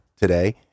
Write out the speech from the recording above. today